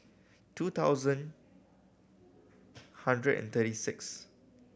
two thousand hundred and thirty six